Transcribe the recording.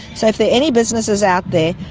so if there are any businesses out there,